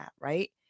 right